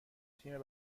تیم